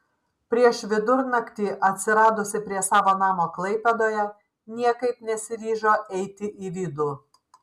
prieš vidurnakti atsiradusi prie savo namo klaipėdoje niekaip nesiryžo eiti į vidų